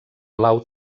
blau